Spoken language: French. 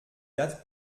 dates